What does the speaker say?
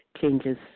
changes